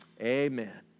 amen